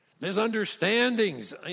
misunderstandings